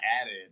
added